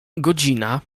godzina